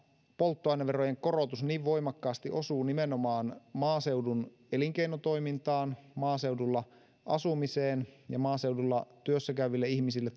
polttoaineverojen korotus niin voimakkaasti osuu nimenomaan maaseudun elinkeinotoimintaan maaseudulla asumiseen ja maaseudulla työssäkäyville ihmisille